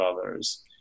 others